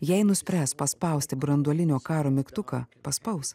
jei nuspręs paspausti branduolinio karo mygtuką paspaus